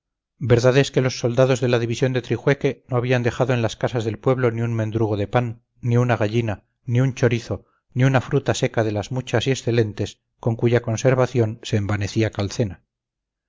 es que los soldados de la división de trijueque no habían dejado en las casas del pueblo ni un mendrugo de pan ni una gallina ni un chorizo ni una fruta seca de las muchas y excelentes con cuya conservación se envanecía calcena